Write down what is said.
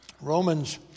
Romans